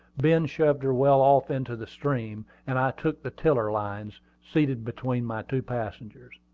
ben shoved her well off into the stream, and i took the tiller-lines, seated between my two passengers.